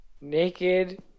naked